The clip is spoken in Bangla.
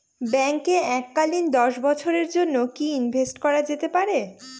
ব্যাঙ্কে এককালীন দশ বছরের জন্য কি ইনভেস্ট করা যেতে পারে?